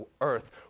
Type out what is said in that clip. earth